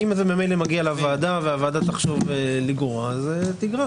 אם זה ממילא מגיע לוועדה והוועדה תחשוב שצריך לגרוע אז היא תגרע.